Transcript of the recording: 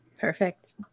Perfect